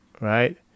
Right